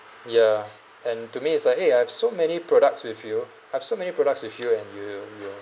ya and to me it's like eh I've so many products with you I've so many products with you and you you